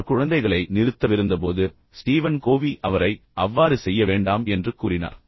அவர் குழந்தைகளை நிறுத்தவிருந்தபோது Steven Covey அவரை அவ்வாறு செய்ய வேண்டாம் என்று கூறினார்